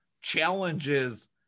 challenges